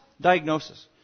diagnosis